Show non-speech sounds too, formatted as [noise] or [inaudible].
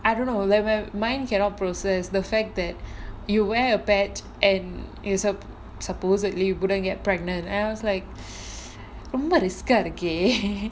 I don't know like my mind cannot process the fact that you wear a patch and is supposedly wouldn't get pregnant and I was like ரொம்ப:romba risk ah இருக்கே:irukkae [laughs]